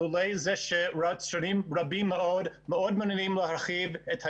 לולא זה שיצרנים רבים מאוד מאוד מעוניינים להרחיב את הייצור.